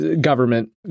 government